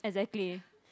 exactly